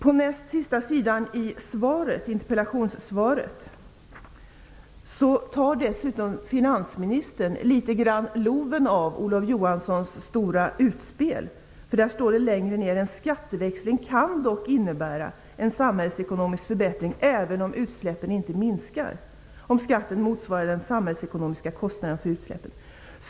På näst sista sidan i interpellationssvaret tar finansministern dessutom litet grand loven av Olof Johanssons stora utspel. Längre ned på sidan står det skrivet att en skatteväxling dock kan innebära en samhällsekonomisk förbättring även om utsläppen inte minskar om skatten motsvarar den samhällsekonomiska kostnaden för utsläppen.